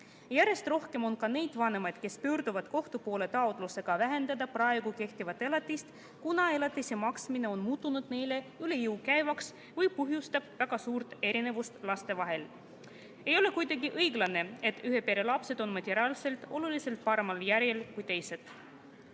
Järjest rohkem on ka neid vanemaid, kes pöörduvad kohtu poole taotlusega vähendada praegu kehtivat elatist, kuna elatise maksmine on muutunud neile üle jõu käivaks või põhjustab väga suurt erinevust laste vahel. Ei ole kuidagi õiglane, et ühe pere lapsed on materiaalselt oluliselt paremal järjel kui teised. Antud